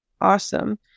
awesome